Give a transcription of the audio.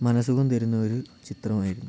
മനസുഖം തരുന്ന ഒരു ചിത്രമായിരുന്നു